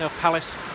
Palace